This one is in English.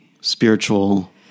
Spiritual